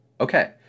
okay